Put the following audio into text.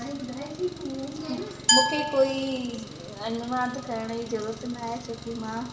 हाणे ॿुधाईसीं तू मूंखे कोई अनुवाद करण जी जरुरत न आहे छोकी मां